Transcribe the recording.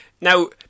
Now